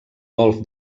golf